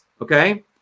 okay